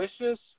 delicious